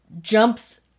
jumps